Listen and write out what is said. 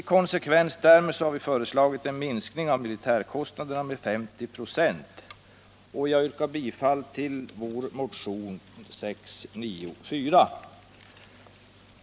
I konsekvens därmed har vi föreslagit en minskning av militärkostnaderna med 50 96. Jag yrkar bifall till arbetarpartiet kommunisternas motion 694.